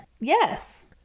yes